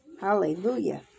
Hallelujah